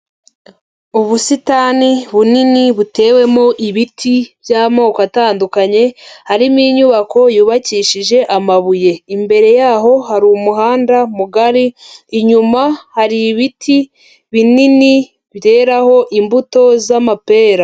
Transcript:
Ubusitani bunini butewemo ibiti by'amoko atandukanye, harimo inyubako yubakishije amabuye. Imbere yaho hari umuhanda mugari, inyuma hari ibiti binini byeraho imbuto z'amapera.